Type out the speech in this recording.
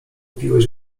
piłeś